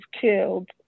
killed